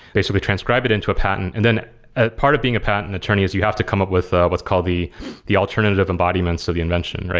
basically transcribe it into a patent and then ah part of being a patent attorney is you have to come up with ah what's called the the alternative embodiments of the invention.